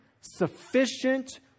sufficient